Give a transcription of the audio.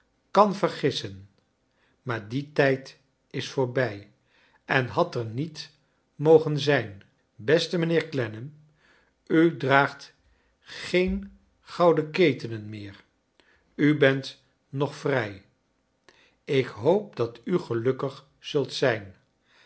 kan vergissen maar die tijd is voorbij en had er niet mogen zijn beste mijnheer clennam u draagt geen gouden ketenen meer u bent nog vrij ik hoop dat u gelukkig zult zijn